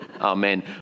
Amen